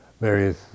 various